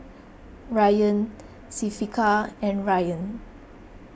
Ryan Syafiqah and Ryan